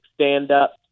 stand-up